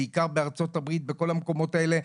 בעיקר בארצות הברית ובכל המקומות האלה,